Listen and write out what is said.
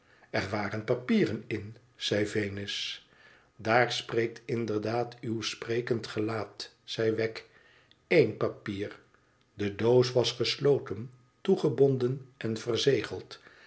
waren papieren in zei venus daar spreekt inderdaad uw sprekend gelaat riep wegg één papier de doos was gesloten toegebonden en verzegeld